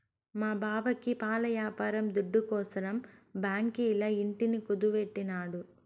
మా బావకి పాల యాపారం దుడ్డుకోసరం బాంకీల ఇంటిని కుదువెట్టినాడు